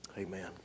Amen